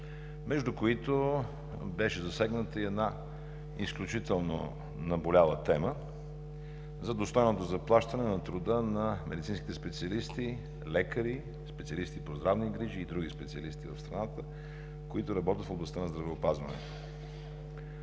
между които беше засегната една изключително наболяла тема – за достойното заплащане на труда на медицинските специалисти, лекари, специалисти по здравни грижи и други специалисти в страната, които работят в областта на здравеопазването.